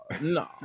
No